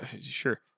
Sure